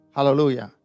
Hallelujah